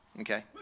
okay